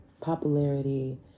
popularity